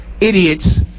idiots